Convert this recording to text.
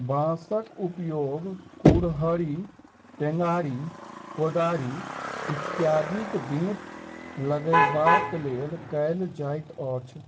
बाँसक उपयोग कुड़हड़ि, टेंगारी, कोदारि इत्यादिक बेंट लगयबाक लेल कयल जाइत अछि